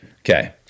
Okay